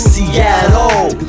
Seattle